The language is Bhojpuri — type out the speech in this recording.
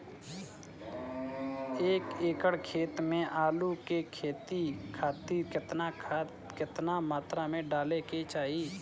एक एकड़ खेत मे आलू के खेती खातिर केतना खाद केतना मात्रा मे डाले के चाही?